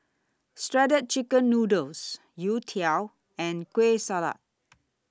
Shredded Chicken Noodles Youtiao and Kueh Salat